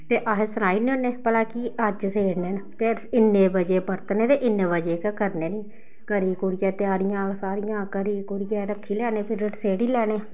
ते अस सनाई ने होन्नें कि भला कि अज्ज सेड़ने न ते इन्ने बजे परतने ते इन्ने बजे गै करने नी करी कुरियै त्यारियां सारियां करी कुरियै रक्खी लैन्नें बिरढ़ सेड़ी लैने